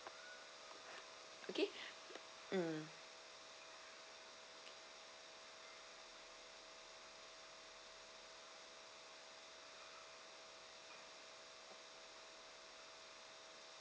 okay mm